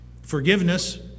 Forgiveness